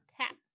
tap